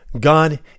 God